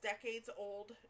decades-old